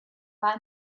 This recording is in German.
war